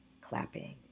clapping